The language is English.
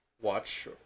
watch